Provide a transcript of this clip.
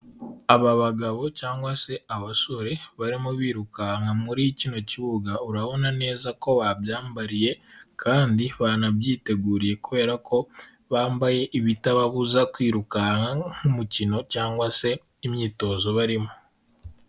Aba bagabo cyangwa se abasore barimo birukanka muri kino kibuga, urabona neza ko babyambariye kandi banabyiteguri, kubera ko bambaye ibitababuza kwirukanka nk'umukino cyangwa se imyitozo barimo.